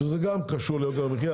שזה גם קשור ליוקר המחיה.